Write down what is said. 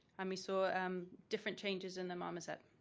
and we saw um different changes in the marmoset.